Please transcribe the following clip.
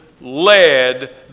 led